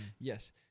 Yes